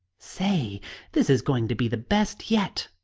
say this is going to be the best yet!